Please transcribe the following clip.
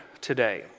today